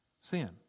Sin